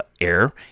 air